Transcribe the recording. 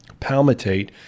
palmitate